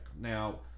Now